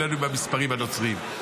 אין לנו במספרים הנוצריים.